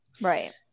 Right